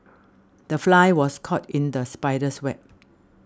the fly was caught in the spider's web